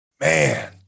man